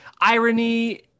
irony